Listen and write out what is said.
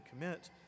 commit